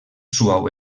suau